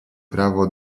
prawo